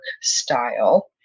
style